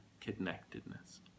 connectedness